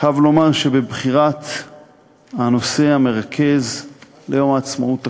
אני חייב לומר שבבחירת הנושא המרכזי ליום העצמאות הקרוב,